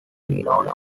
blonde